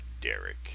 Derek